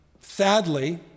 Sadly